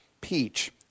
peach